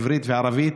עברית וערבית,